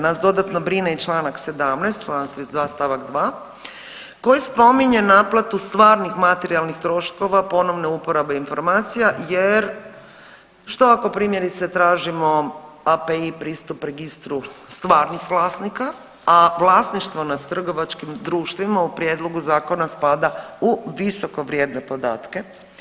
Nas dodatno brine i čl. 17, čl. 32 st. 2 koji spominje naplatu stvarnih materijalnih troškova ponovne uporabe informacija jer što ako primjerice, tražimo API pristup registru stvarnih vlasnika, a vlasništvo nad trgovačkim društvima u prijedlogu Zakona spada u visokovrijedne podatke.